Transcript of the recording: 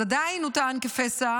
אז עדיין הוא טען "כפסע",